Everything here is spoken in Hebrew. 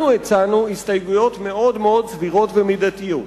אנחנו הצענו הסתייגויות מאוד מאוד סבירות ומידתיות.